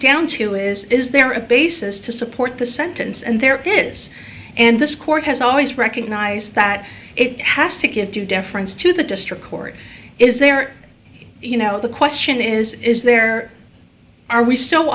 down to is is there a basis to support the sentence and there is and this court has always recognize that it has to give due deference to the district court is there you know the question is is there are we still